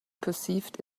perceived